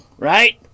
right